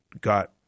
got